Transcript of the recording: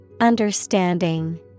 Understanding